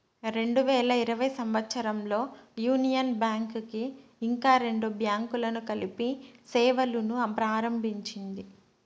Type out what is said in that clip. రెండు వేల ఇరవై సంవచ్చరంలో యూనియన్ బ్యాంక్ కి ఇంకా రెండు బ్యాంకులను కలిపి సేవలును ప్రారంభించింది